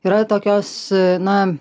yra tokios na